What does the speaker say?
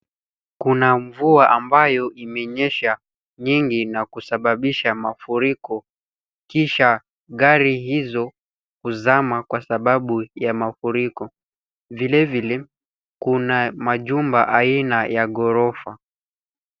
Kuna mvua ambayo imenyesha nyingi na kusababisha mafuriko, kisha gari hizo kuzama kwa sababu ya mafuriko. Vilevile, kuna majumba aina ya ghorofa.